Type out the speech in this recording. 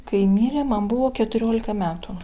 kai mirė man buvo keturiolika metų